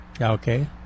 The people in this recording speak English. Okay